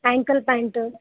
ankle pant